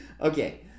Okay